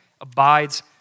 abides